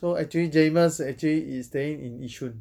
so actually jamus actually is staying in yishun